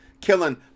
Killing